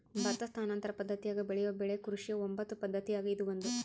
ಭತ್ತ ಸ್ಥಾನಾಂತರ ಪದ್ದತಿಯಾಗ ಬೆಳೆಯೋ ಬೆಳೆ ಕೃಷಿಯ ಒಂಬತ್ತು ಪದ್ದತಿಯಾಗ ಇದು ಒಂದು